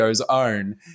own